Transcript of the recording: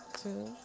two